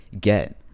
get